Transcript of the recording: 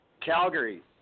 Calgary